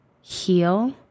heal